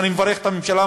ואני מברך את הממשלה,